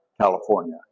California